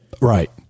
right